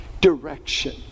direction